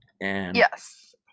Yes